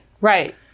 right